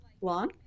long